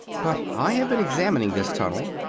but i have been examining this tunnel,